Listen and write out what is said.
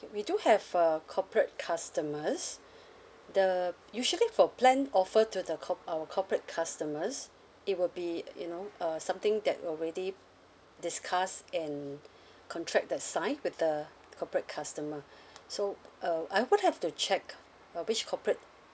we do have a corporate customers the usually for plan offer to the cor~ our corporate customers it will be you know uh something that already discussed and contract that signed with the corporate customer so uh I would have to check uh which corporate